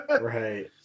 Right